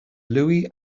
louis